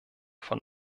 von